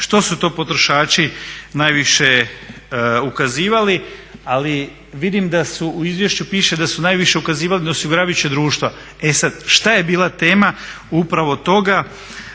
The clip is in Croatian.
što su to potrošači najviše ukazivali ali vidim da su, u izvješću piše da su najviše ukazivali na osiguravajuća društva, e sad šta je bila tema upravo toga,